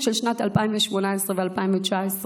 של שנת 2018 ו-2019,